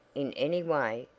in any way,